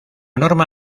norma